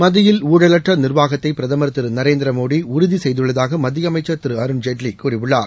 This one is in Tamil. மத்தியில் ஊழலற்ற நிர்வாகத்தை பிரதமர் திரு நரேந்திரமோடி உறுதி செய்துள்ளதாக மத்திய அமைச்சர் திரு அருண்ஜேட்லி கூறியுள்ளார்